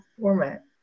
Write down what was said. format